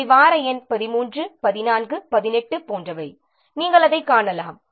இவை வார எண் 13 14 18 போன்றவை நாம் அதைக் காணலாம்